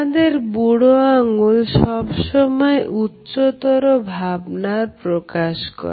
আমাদের বুড়ো আঙ্গুল সব সময় উচ্চতর ভাবনার প্রকাশ করে